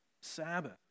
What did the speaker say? Sabbath